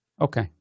okay